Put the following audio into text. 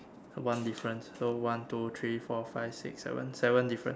one difference so one two three four five six seven seven difference